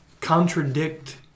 contradict